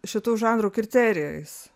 šitų žanrų kriterijais